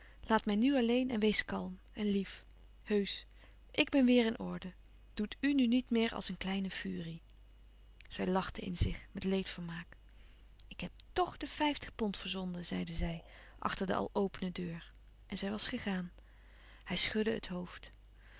laat mij nu alleen en wees kalm en lief heusch ik ben weêr in orde doet u nu niet meer als een kleine furie zij lachte in zich met leedvermaak ik heb tch de vijftig pond verzonden zeide zij achter de al opene deur en zij was gegaan hij schudde het hoofd